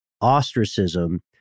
ostracism